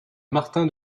martin